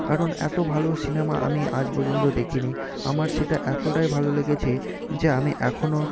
কারণ এত ভালো সিনেমা আমি আজ পর্যন্ত দেখিনি আমার সেটা এতটাই ভালো লেগেছে যে আমি এখনও